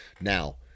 Now